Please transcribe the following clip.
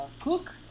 cook